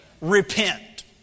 repent